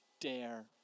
dare